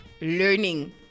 learning